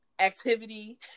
activity